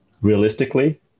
realistically